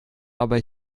aber